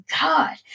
God